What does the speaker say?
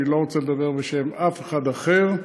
אני לא רוצה לדבר בשם אף אחד אחר.